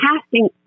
casting